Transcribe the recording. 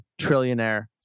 trillionaire